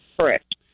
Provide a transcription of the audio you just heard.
Correct